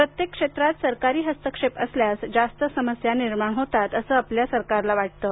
प्रत्येक क्षेत्रात सरकारी हस्तक्षेप असल्यास जास्त समस्या निर्माण होतात असं आपल्या सरकारला वाटतं